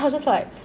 I was just like